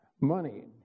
money